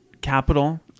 capital